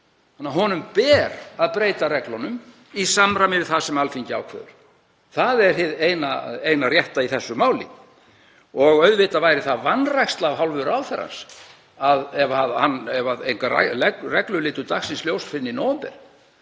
Honum ber að breyta reglunum í samræmi við það sem Alþingi ákveður. Það er hið eina rétta í þessu máli. Auðvitað væri það vanræksla af hálfu ráðherrans ef engar reglur litu dagsins ljós fyrr en í nóvember.